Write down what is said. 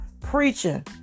preaching